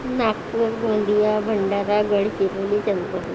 Nagpur Gondia Bhandara Gadchiroli Chandrapur